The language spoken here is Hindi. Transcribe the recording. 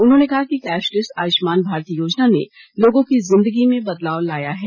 उन्होंने कहा कि कैशलेस आयुष्मान भारत योजना ने लोगों की जिदगी में बदलाव लाया है